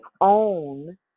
own